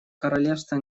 королевства